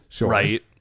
right